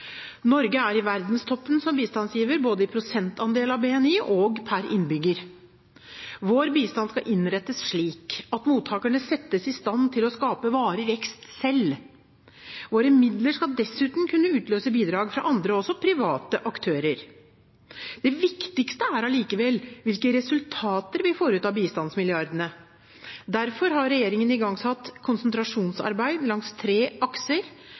Norge er i verdenstoppen som bistandsgiver, både i prosentandel av BNI og per innbygger. Vår bistand skal innrettes slik at mottakerne settes i stand til å skape varig vekst selv. Våre midler skal dessuten kunne utløse bidrag fra andre, også private aktører. Det viktigste er likevel hvilke resultater vi får ut av bistandsmilliardene. Derfor har regjeringen igangsatt konsentrasjonsarbeid langs tre akser: